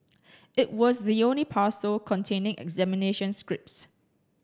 it was the only parcel containing examination scripts